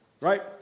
Right